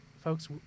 folks